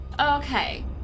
Okay